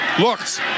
looks